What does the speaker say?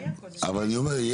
אני אומר,